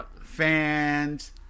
fans